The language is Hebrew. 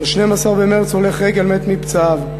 ב-12 במרס הולך רגל מת מפצעיו,